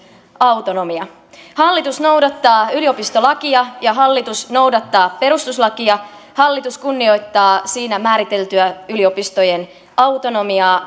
autonomia hallitus noudattaa yliopistolakia ja hallitus noudattaa perustuslakia hallitus kunnioittaa siinä määriteltyä yliopistojen autonomiaa